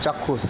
চাক্ষুষ